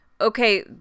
Okay